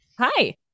hi